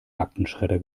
aktenschredder